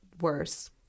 worse